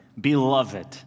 Beloved